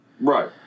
Right